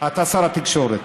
אתה שר התקשורת,